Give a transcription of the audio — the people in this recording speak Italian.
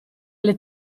alle